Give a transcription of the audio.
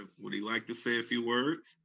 ah would he like to say a few words?